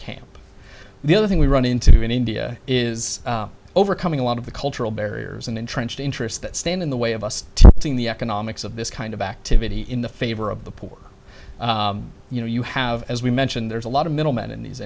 camp the other thing we run into in india is overcoming a lot of the cultural barriers and entrenched interests that stand in the way of us being the economics of this kind of activity in the favor of the poor you know you have as we mentioned there's a lot of middlemen in these